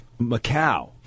macau